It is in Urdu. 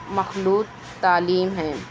مخلوط تعلیم ہیں